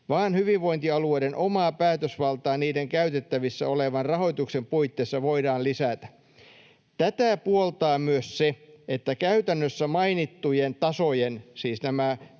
vaan hyvinvointialueiden omaa päätösvaltaa niiden käytettävissä olevan rahoituksen puitteissa voidaan lisätä. Tätä puoltaa myös se, että käytännössä mainittujen tasojen”, siis nämä